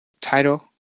title